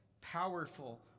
powerful